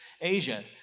Asia